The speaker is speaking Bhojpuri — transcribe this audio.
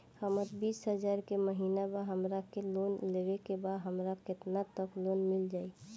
हमर बिस हजार के महिना बा हमरा के लोन लेबे के बा हमरा केतना तक लोन मिल जाई?